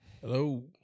hello